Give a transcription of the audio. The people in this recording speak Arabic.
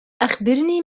أخبرني